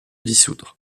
dissoudre